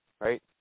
right